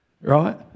Right